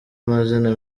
amazina